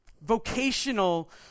vocational